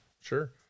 sure